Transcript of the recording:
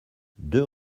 deux